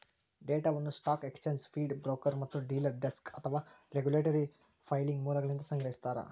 ಡೇಟಾವನ್ನು stock exchange feed broker ಮತ್ತು dealer desk ಅಥವಾ ರೆಗ್ಯುಲೇಟರಿ ಫೈಲಿಂಗ್ ಮೂಲಗಳಿಂದ ಸಂಗ್ರಹಿಸ್ತಾರ